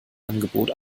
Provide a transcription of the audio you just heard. angebot